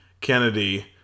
Kennedy